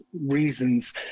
reasons